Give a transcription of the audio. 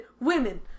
women